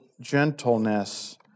gentleness